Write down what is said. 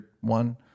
one